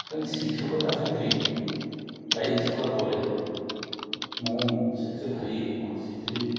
ହେଲେ ଶିକ୍ଷକତା ଚାକିରି ପାଇ ସାରିଲା ପରେ ମୁଁ ସେଥିରେ ଭାରି ଖୁସି ଥିଲି